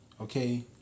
Okay